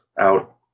out